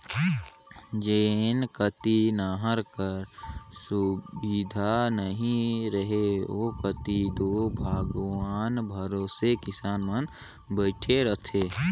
जेन कती नहर कर सुबिधा नी रहें ओ कती दो भगवान भरोसे किसान मन बइठे रहे